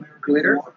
glitter